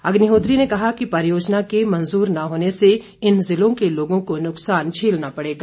उन्होंने कहा कि परियोजना के मंजूर न होने से इन जिलों के लोगों को नुक्सान झेलना पड़ेगा